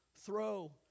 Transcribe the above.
throw